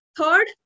third